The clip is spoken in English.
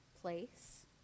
place